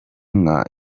inka